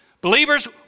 believers